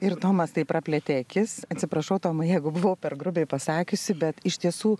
ir tomas taip praplėtė akis atsiprašau tomai jeigu buvau per grubiai pasakiusi bet iš tiesų